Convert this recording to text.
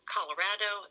Colorado